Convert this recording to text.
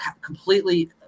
completely